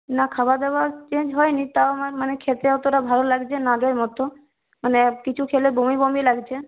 না খাওয়া দাওয়া চেঞ্জ হয়নি তাও আমার মানে খেতে অতটা ভালো লাগছে না আগের মতো মানে কিছু খেলে বমি বমি লাগছে